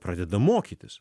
pradeda mokytis